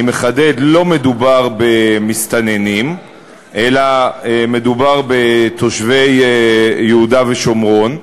אני מחדד: לא מדובר במסתננים אלא מדובר בתושבי יהודה ושומרון,